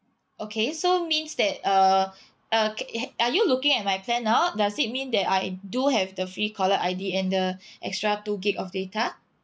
okay so means that uh uh K K are you looking at my plan now does it mean that I do have the free caller I_D and the extra two gig of data